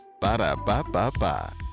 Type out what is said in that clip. ba-da-ba-ba-ba